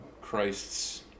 Christ's